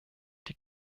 die